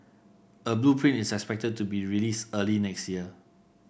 a blueprint is expected to be released early next year